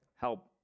help